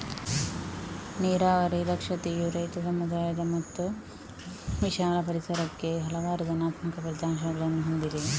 ನೀರಾವರಿ ದಕ್ಷತೆಯು ರೈತ, ಸಮುದಾಯ ಮತ್ತು ವಿಶಾಲ ಪರಿಸರಕ್ಕೆ ಹಲವಾರು ಧನಾತ್ಮಕ ಫಲಿತಾಂಶಗಳನ್ನು ಹೊಂದಿದೆ